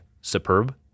superb